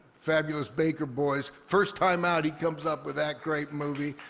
fabulous baker boys. first time out, he comes up with that great movie.